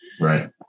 Right